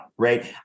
right